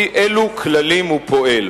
ולפי אילו כללים הוא פועל.